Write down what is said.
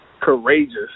courageous